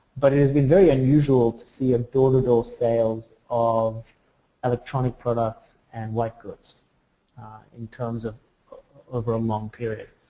but it's been very unusual to see a door-to door sales of electronic products and white goods in terms of over a long period.